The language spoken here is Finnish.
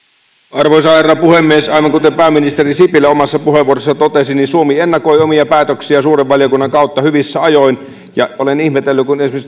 arvoisa herra puhemies aivan kuten pääministeri sipilä omassa puheenvuorossaan totesi suomi ennakoi omia päätöksiään suuren valiokunnan kautta hyvissä ajoin olen ihmetellyt kun esimerkiksi